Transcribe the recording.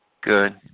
Good